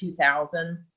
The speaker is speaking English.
2000